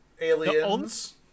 Aliens